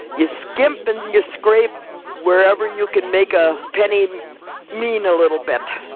you skimp and you scrape wherever you can make a penny mean a little bit.